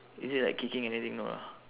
is it like kicking anything no ah